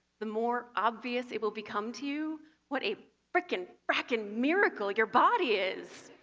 the more obvious it will become to you what a frickin' frackin' miracle your body is,